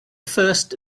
first